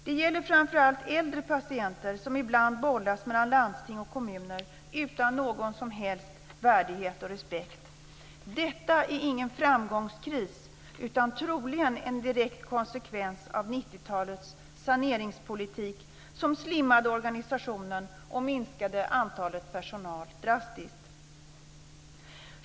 Det gäller framför allt äldre patienter, som ibland bollas mellan landsting och kommuner utan någon som helst värdighet och respekt. Detta är ingen framgångskris utan troligen en direkt konsekvens av 90 talets saneringspolitik, som slimmade organisationen och minskade mängden personal drastiskt.